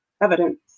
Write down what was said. evidence